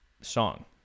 song